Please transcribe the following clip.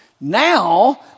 Now